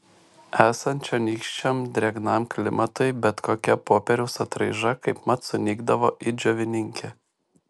esant čionykščiam drėgnam klimatui bet kokia popieriaus atraiža kaipmat sunykdavo it džiovininkė